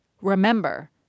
Remember